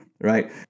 right